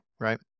right